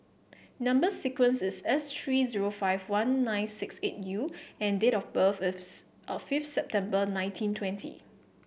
number sequence is S three zero five one nine six eight U and date of birth O fifth September nineteen twenty